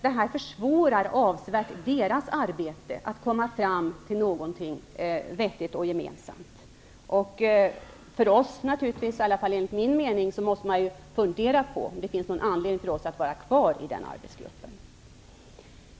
Detta försvårar avsevärt deras arbete med att komma fram till något vettigt och gemensamt. Enligt min mening måste vi socialdemokrater fundera över om det finns någon anledning för oss att vara kvar i den arbetsgruppen.